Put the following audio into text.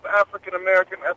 African-American